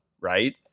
right